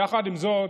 יחד עם זאת,